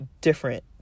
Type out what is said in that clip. different